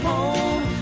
Home